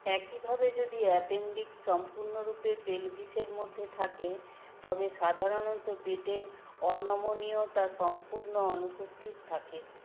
একইভাবে যদি অ্যাপেনডিক্স সম্পূর্ণরূপে পেলভিসের মধ্যে থাকে তবে সাধারণত পেটের অনমনীয়তা সম্পূর্ণ অনুপস্থিত থাকে